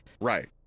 right